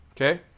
Okay